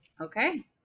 Okay